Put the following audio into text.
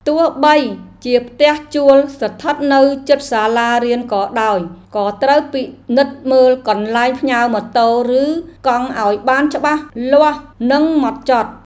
ទោះបីជាផ្ទះជួលស្ថិតនៅជិតសាលារៀនក៏ដោយក៏ត្រូវពិនិត្យមើលកន្លែងផ្ញើម៉ូតូឬកង់ឱ្យបានច្បាស់លាស់និងហ្មត់ចត់។